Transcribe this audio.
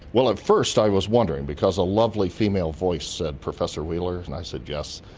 well, at first i was wondering, because a lovely female voice said, professor wheeler? and i said, yes.